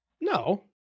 No